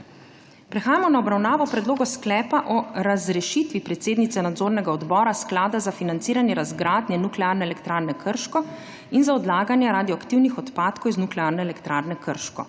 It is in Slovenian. pripravila besedilo predloga sklepa o razrešitvi predsednice nadzornega odbora Sklada za financiranje razgradnje Nuklearne elektrarne Krško in za odlaganje radioaktivnih odpadkov iz Nuklearne elektrarne Krško.